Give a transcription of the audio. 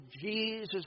Jesus